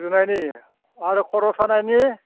गुजुनायनि आरो खर' सानायनि